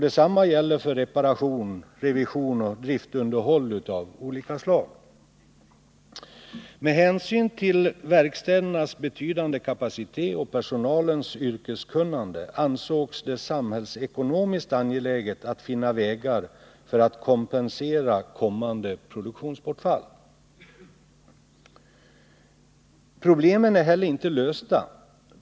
Detsamma gäller för reparation, revision och driftunderhåll av olika slag. Med hänsyn till verkstädernas betydande kapacitet och personalens yrkeskunnande ansågs det samhällsekonomiskt angeläget att finna vägar för att kompensera kommande produktionsbortfall. Problemen är heller inte lösta.